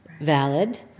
valid